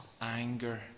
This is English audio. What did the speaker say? anger